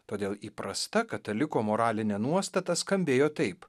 todėl įprasta kataliko moralinė nuostata skambėjo taip